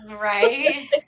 Right